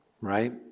right